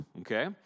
Okay